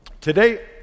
Today